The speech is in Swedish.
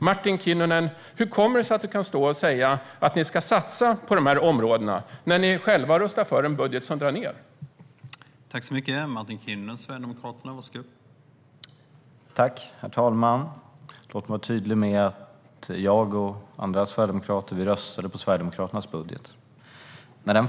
Martin Kinnunen: Hur kommer det sig att du kan stå och säga att ni ska satsa på dessa områden när ni själva röstar för en budget som drar ned på dem?